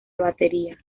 batería